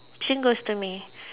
same goes to me